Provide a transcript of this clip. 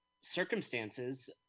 circumstances